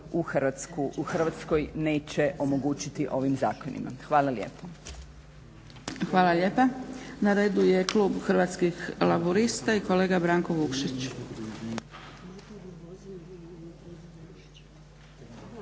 u Hrvatskoj neće omogućiti ovim zakonima. Hvala lijepa. **Zgrebec, Dragica (SDP)** Hvala lijepa. Na redu je Klub hrvatskih laburista i kolega Branko Vukšić.